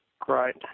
Great